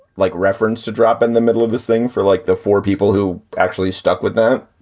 like reference to drop in the middle of this thing for like the four people who actually stuck with that